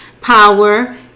power